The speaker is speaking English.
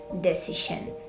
decision